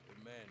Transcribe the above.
Amen